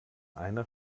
einer